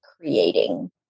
creating